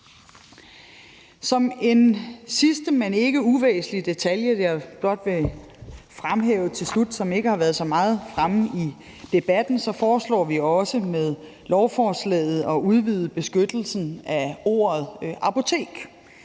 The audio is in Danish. Som en sidste, men ikke uvæsentlig detalje, som jeg godt vil fremhæve til slut, og som ikke har været så meget fremme i debatten, foreslår vi også med lovforslaget at udvide beskyttelsen af ordet apotek.